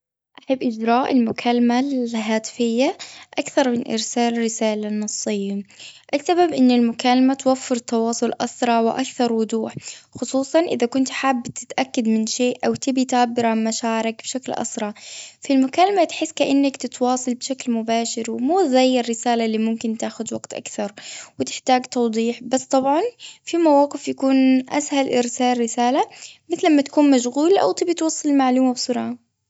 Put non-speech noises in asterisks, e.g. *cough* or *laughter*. أحب إجراء المكالمة ال *hesitation* هاتفية أكثر، من إرسال رسالة نصية. السبب، إن المكالمة توفر تواصل أسرع وأكثر وضوح. *noise* خصوصاً إذا كنت حاب تتأكد من شيء، أو تبي تعبر عن مشاعرك بشكل أسرع. في المكالمة تحس كأنك تتواصل بشكل مباشر، و مو زي الرسالة اللي ممكن *noise* تاخد وقت أكثر، وتحتاج توضيح. *noise* بس طبعاً في مواقف يكون *hesitation* أسهل إرسال رسالة، مثل لما تكون مشغول، أو تبي توصل المعلومة بسرعة.